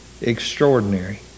extraordinary